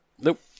Nope